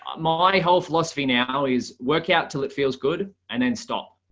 um my whole philosophy now is work out till it feels good. and then stop.